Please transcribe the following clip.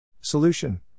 Solution